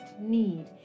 need